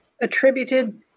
attributed